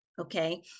Okay